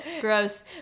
gross